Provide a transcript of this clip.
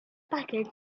package